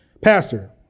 Pastor